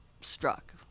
struck